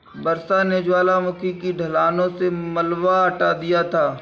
वर्षा ने ज्वालामुखी की ढलानों से मलबा हटा दिया था